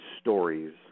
stories